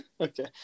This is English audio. Okay